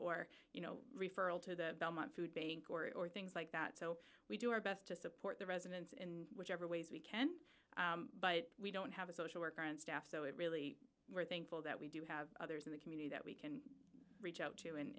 or you know referral to the belmont food bank or things like that so we do our best to support the residents in whichever ways we can but we don't have a social worker and staff so it really we're thankful that we do have others in the community that we can reach out to and